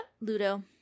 Ludo